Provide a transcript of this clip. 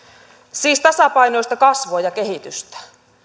siis tasapainoista kasvua ja kehitystä